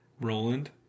Roland